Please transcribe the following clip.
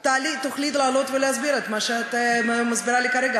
תוכלי לעלות ולהסביר את מה שאת מסבירה לי כרגע,